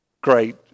Great